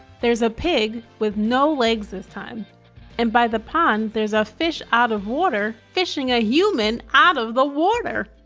there's a pig with no legs this time and by the pond there's a fish out of water fishing a human out of the water.